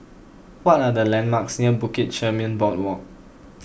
what are the landmarks near Bukit Chermin Boardwalk